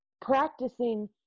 practicing